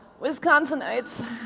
Wisconsinites